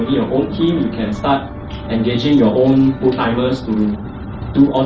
you can start engaging your own full timers to